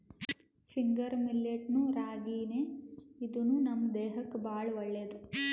finger millet ನು ರಾಗಿನೇ ಇದೂನು ನಮ್ ದೇಹಕ್ಕ್ ಭಾಳ್ ಒಳ್ಳೇದ್